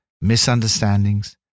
misunderstandings